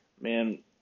Man